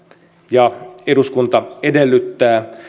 ja eduskunta edellyttää